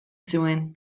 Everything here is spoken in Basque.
zuen